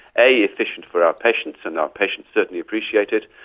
a efficient for our patients and our patients certainly appreciate it,